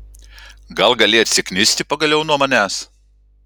gal gali atsiknisti pagaliau nuo manęs